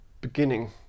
beginning